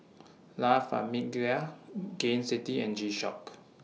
La Famiglia Gain City and G Shock